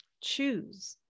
choose